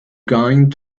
going